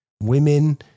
women